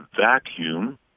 vacuum